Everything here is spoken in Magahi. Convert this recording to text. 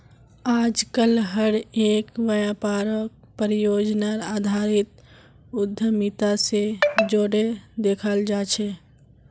आजकल हर एक व्यापारक परियोजनार आधारित उद्यमिता से जोडे देखाल जाये छे